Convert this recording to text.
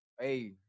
Hey